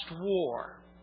war